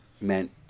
meant